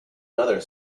another